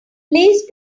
please